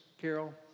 Carol